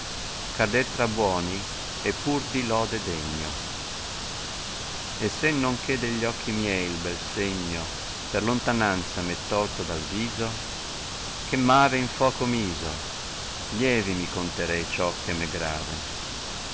cader tra buoni è pur di lode degno e se non che degli occhi miei'l bel segno per lontananza m'ò tolto dal viso che m ave in foco miso lieve mi contevei dò che m è grave